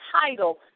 title